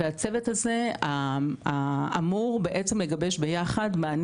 והצוות הזה אמור בעצם לגבש ביחד מעני